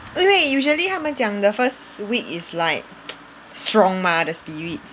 因为 usually 他们讲 the first week is like strong mah the spirits